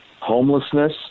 homelessness